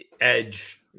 edge